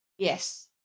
Yes